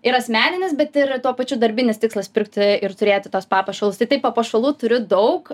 ir asmeninis bet ir tuo pačiu darbinis tikslas pirkti ir turėti tuos papuošalus tai taip papuošalų turiu daug